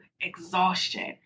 exhaustion